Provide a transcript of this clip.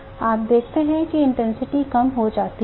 इसलिए आप देखते हैं कि इंटेंसिटी कम हो जाती है